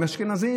הם אשכנזים,